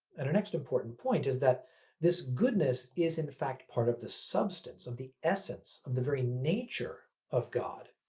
and her next important point is that this goodness is in fact part of the substance, of the essence, of the very nature of god.